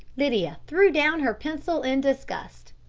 lydia threw down her pencil in disgust.